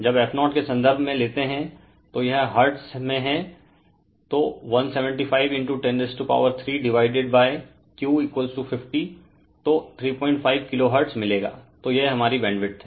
जबf0 के संदर्भ में लेते हैं तो यह हर्ट्ज में है तो 175 103 डिवाइडेड Q50 तो 35 किलो हर्ट्ज़ मिलेगा तो यह हमारी बैंडविड्थ हैं